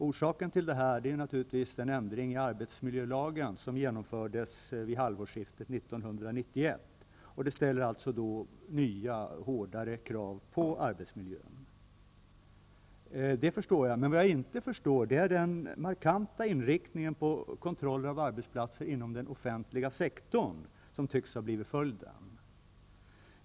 Orsaken är naturligtvis den ändring i arbetsmiljölagen som genomfördes vid halvårsskiftet 1991. Därmed ställs nya, hårdare krav på arbetsmiljön. Det förstår jag. Däremot förstår jag inte den markanta inriktning på kontroller av arbetsplatser inom den offentliga sektorn som tycks ha blivit följden.